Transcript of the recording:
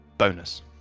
bonus